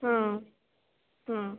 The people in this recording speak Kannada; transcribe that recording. ಹಾಂ ಹಾಂ